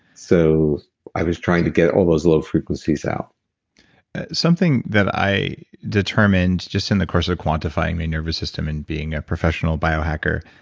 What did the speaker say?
so i was trying to get all those low frequencies out something that i determined just in the course of quantifying the nervous system and being a professional biohacker,